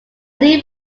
new